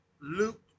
Luke